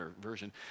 version